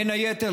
בין היתר,